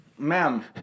Ma'am